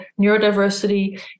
neurodiversity